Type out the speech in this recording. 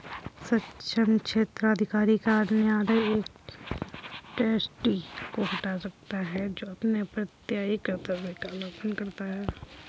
सक्षम क्षेत्राधिकार का न्यायालय एक ट्रस्टी को हटा सकता है जो अपने प्रत्ययी कर्तव्य का उल्लंघन करता है